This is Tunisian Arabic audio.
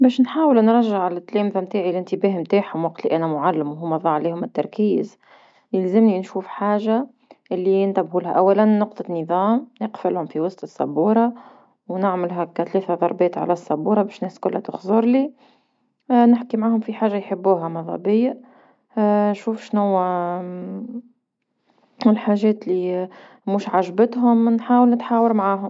باش نحاول نرجع التلامذة نتاعي الإنتباه نتاعهم وقت لي انا معلم وهوما ضاع عليهم التركيز، يلزمني نشوف حاجة اللي ينتبهولها، أولا نقطة نظام نقفلهم في وسط السبورة ونعملها هكا ثلاث ضربات على السبورة باش الناس كلها تخزرلي، نحكي معهم في حاجة يحبوها مذا بيا، شوف شنوا الحاجات اللي مش عجبتهم نحاول نتحاور معاهم.